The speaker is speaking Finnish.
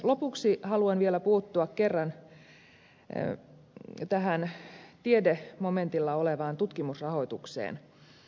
lopuksi haluan vielä kerran puuttua tähän tiedemomentilla olevaan tutkimusrahoitukseen